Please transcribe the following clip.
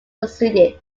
succeeded